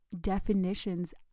definitions